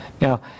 Now